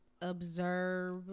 observe